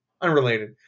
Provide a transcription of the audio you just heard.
Unrelated